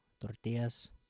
tortillas